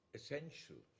essential